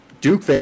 Duke